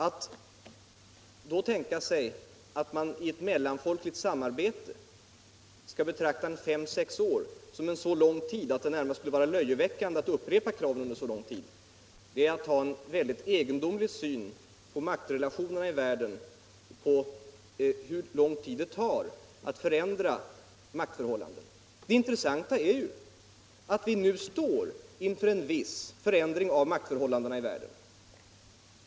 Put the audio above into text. Att då i ett mellanfolkligt samarbete betrakta fem sex år som en så lång tid att det närmast skulle vara löjeväckande att upprepa kraven under hela den tiden är att ha en mycket egendomlig syn på maktrelationerna i världen och på hur lång tid det tar att förändra maktförhållanden. Det intressanta är att vi nu står inför en viss förändring av maktförhållandena i världen.